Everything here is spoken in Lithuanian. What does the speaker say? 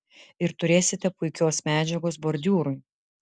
ir turėsite puikios medžiagos bordiūrui